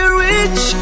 rich